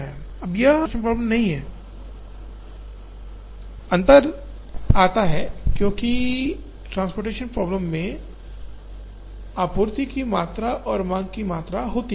अब यह बिल्कुल ट्रान्सपोर्टेंशन प्रॉब्लम नहीं है अंतर आता है क्योंकि ट्रान्सपोर्टेंशन प्रॉब्लम में आपूर्ति की मात्रा और मांग की मात्रा होती है